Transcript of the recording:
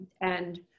and-